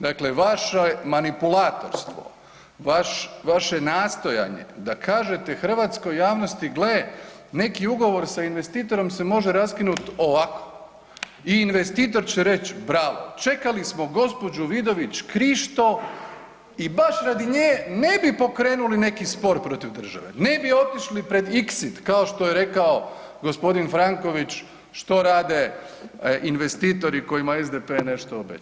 Dakle, vaše manipulatorstvo, vaše nastojanje da kažete hrvatskoj javnosti gle neki ugovor sa investitorom se može raskinuti ovako i investitor će reći bravo, čekali smo gospođu Vidović Krišto i baš radi nje ne bi pokrenuli neki spor protiv države, ne bi otišli pred …/nerazumljivo/… kao što je rekao gospodin Franković što rade investitori kojima je SDP nešto obećao.